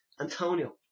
Antonio